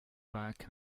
back